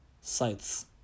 sites